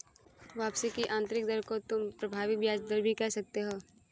वापसी की आंतरिक दर को तुम प्रभावी ब्याज दर भी कह सकते हो